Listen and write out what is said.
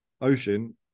Ocean